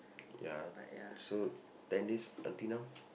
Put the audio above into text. ya so ten days until now